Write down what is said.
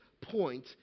point